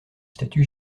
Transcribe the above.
statue